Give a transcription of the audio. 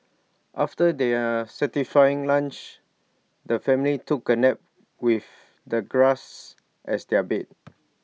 after their satisfying lunch the family took A nap with the grass as their bed